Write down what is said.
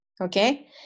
Okay